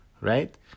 right